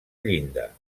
llinda